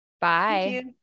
Bye